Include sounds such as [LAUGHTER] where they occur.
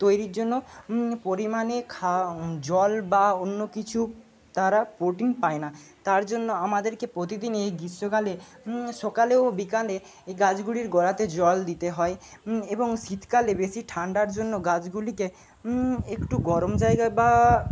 তৈরির জন্য পরিমাণে [UNINTELLIGIBLE] জল বা অন্য কিছু তারা প্রোটিন পায় না তার জন্য আমাদেরকে প্রতিদিনই এই গ্রীষ্মকালে সকালে ও বিকালে এই গাছগুলির গোড়াতে জল দিতে হয় এবং শীতকালে বেশি ঠান্ডার জন্য গাছগুলিকে একটু গরম জায়গায় বা